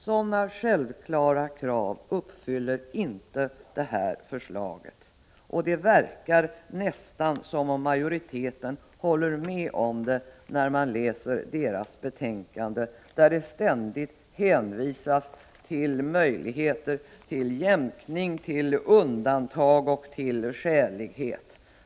Sådana självklara krav uppfyller inte det här förslaget. Det verkar nästan som om majoriteten håller med om det i betänkandet, där det ständigt hänvisas till möjligheter, till jämkning, till undantag och till skälighet.